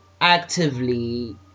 actively